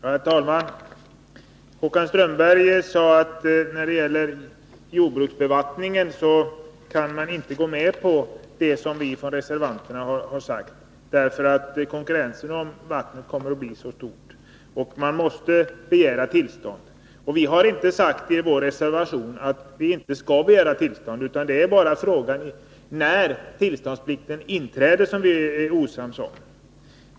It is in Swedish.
Herr talman! Håkan Strömberg sade att man när det gäller jordbruksbevattningen inte kan gå med på reservanternas skrivning på grund av att konkurrensen om vattnen kommer att bli så stor och att man därför måste begära tillstånd. Vi har i vår reservation inte sagt att man inte skall begära tillstånd — det är bara frågan om när tillståndsplikten skall inträda som vi är oense om.